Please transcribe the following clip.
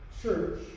church